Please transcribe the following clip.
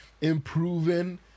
improving